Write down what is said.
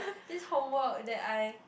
this homework that I